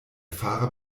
fahrer